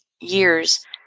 years